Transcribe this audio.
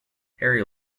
harry